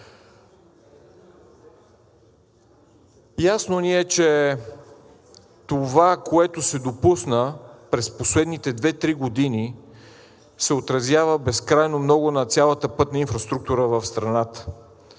Ясно ни е, че това, което се допусна през последните две-три години, се отразява безкрайно много на цялата пътна инфраструктура в страната.